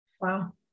Wow